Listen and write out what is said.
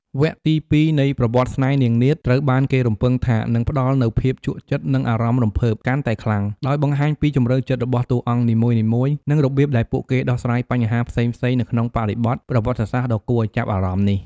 វគ្គទី២នៃ "ប្រវត្តិស្នេហ៍នាងនាថ" ត្រូវបានគេរំពឹងថានឹងផ្តល់នូវភាពជក់ចិត្ត និងអារម្មណ៍រំភើបកាន់តែខ្លាំង ដោយបង្ហាញពីជម្រៅចិត្តរបស់តួអង្គនីមួយៗ និងរបៀបដែលពួកគេដោះស្រាយបញ្ហាផ្សេងៗនៅក្នុងបរិបទប្រវត្តិសាស្ត្រដ៏គួរឱ្យចាប់អារម្មណ៍នេះ។